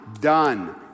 done